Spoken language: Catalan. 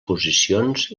posicions